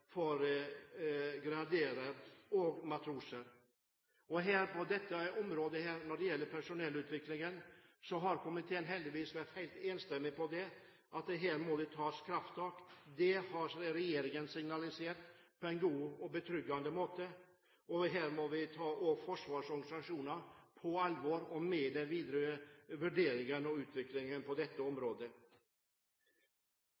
vært helt enstemmig – her må det tas krafttak. Det har regjeringen signalisert på en god og betryggende måte, og her må vi også ta Forsvarets organisasjoner på alvor og med i de videre vurderingene og utviklingen på dette